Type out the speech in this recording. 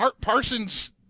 Parsons